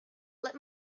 let